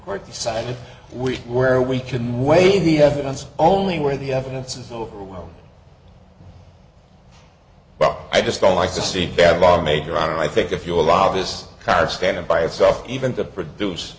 court decided we were we can weigh the evidence only where the evidence is overwhelming but i just don't like to see bad law made around and i think if you allow this car stand by itself even to produce